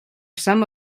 some